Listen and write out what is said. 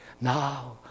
now